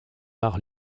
art